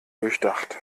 durchdacht